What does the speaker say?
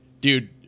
dude